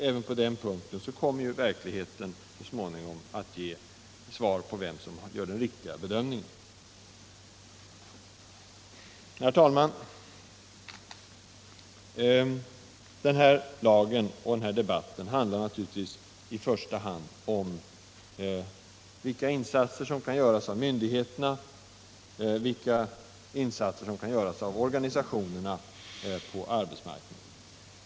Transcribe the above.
Även på den punkten kommer verkligheten så småningom att ge svar på vem som gör den riktiga bedömningen. Herr talman! Den här lagen och den här debatten handlar naturligtvis i första hand om vilka insatser som kan göras av myndigheterna och av organisationerna på arbetsmarknaden.